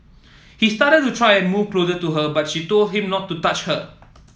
he started to try and move closer to her but she told him not to touch her